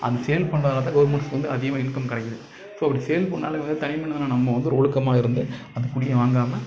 அந்த சேல் பண்றதால தான் கவுர்மெண்ட்ஸ்க்கு வந்து அதிகமாக இன்கம் கிடைக்கிது ஸோ இப்படி சேல் பண்ணாலும் வந்து தனி மனிதனான நம்ம வந்து ஒழுக்கமாக இருந்து அந்த குடியை வாங்காம